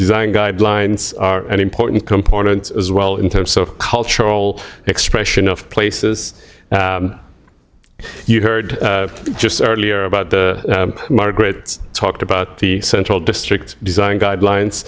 design guidelines are an important component as well in terms of cultural expression of places you heard just earlier about the margaret talked about the central district design guidelines